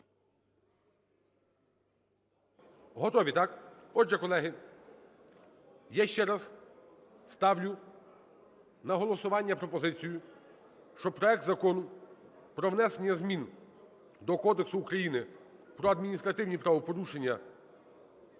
Готові, так? Отже, колеги, я ще раз ставлю на голосування пропозицію, що проект Закону про внесення змін до Кодексу України про адміністративні правопорушення,